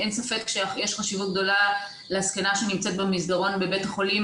אין ספק שיש חשיבות גדולה לזקנה שנמצאת במסדרון בבית החולים,